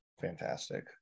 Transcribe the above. Fantastic